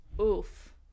Oof